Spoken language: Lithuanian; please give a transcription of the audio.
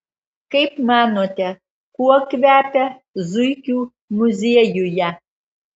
kaip manote kuo kvepia zuikių muziejuje